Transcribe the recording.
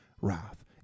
wrath